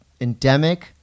endemic